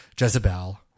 Jezebel